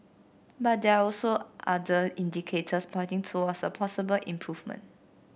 but there are other indicators pointing towards a possible improvement